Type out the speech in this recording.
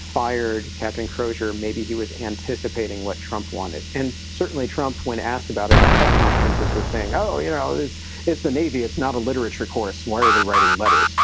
fired captain crozier maybe he was anticipating what trump wanted and certainly trump, when asked about it in press conferences, were saying, oh, you know, this is the navy. it's not a literature course. why are they writing letters?